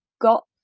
got